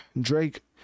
drake